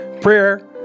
prayer